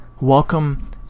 welcome